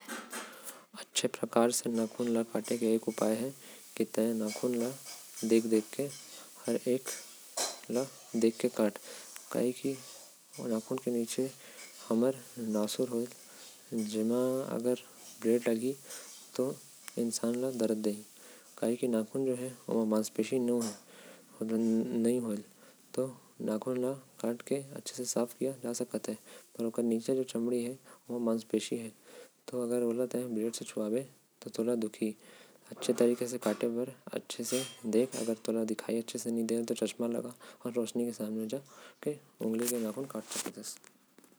अच्छे से नाखून ल कटे के उपाय है कि तय पहिले। नाखून ल देख देख के नेलकटर से काट आऊ। ब्लेड से काटे वक्त सावधानी बरत। आऊ नाखून ल कटे के बाद ओला अच्छे से घिस।